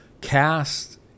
cast